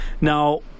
now